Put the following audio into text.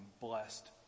blessed